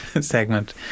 segment